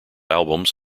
albums